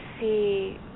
see